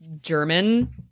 German